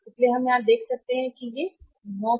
इसलिए हम यहां देख सकते हैं कि यदि यह 9 नहीं है